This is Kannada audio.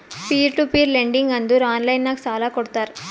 ಪೀರ್ ಟು ಪೀರ್ ಲೆಂಡಿಂಗ್ ಅಂದುರ್ ಆನ್ಲೈನ್ ನಾಗ್ ಸಾಲಾ ಕೊಡ್ತಾರ